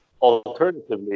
Alternatively